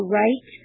right